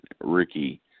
Ricky